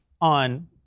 on